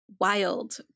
wild